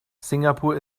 singapur